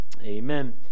Amen